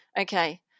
okay